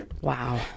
Wow